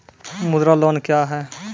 मुद्रा लोन क्या हैं?